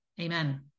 Amen